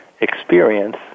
experience